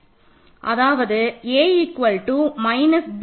அதாவது a b i